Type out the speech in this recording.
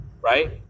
right